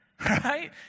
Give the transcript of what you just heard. right